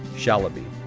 shalaby,